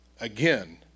Again